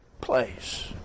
place